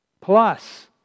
Plus